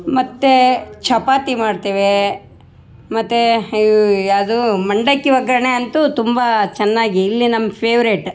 ಮತ್ತು ಚಪಾತಿ ಮಾಡ್ತೇವೆ ಮತ್ತು ಯಾವುದು ಮಂಡಕ್ಕಿ ಒಗ್ಗರಣೆ ಅಂತು ತುಂಬ ಚೆನ್ನಾಗಿ ಇಲ್ಲಿ ನಮ್ಮ ಫೆವ್ರೇಟ್